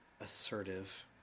assertive